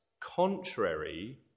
contrary